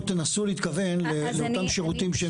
תנסו להתכוון לאותם שירותים שהם זמינים יותר?